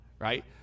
Right